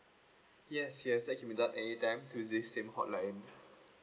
yes yes that can be done anytime to this same hotline